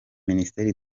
minisiteri